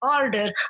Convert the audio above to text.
order